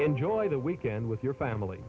enjoy the weekend with your family